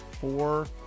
four